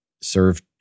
serve